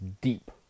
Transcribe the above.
deep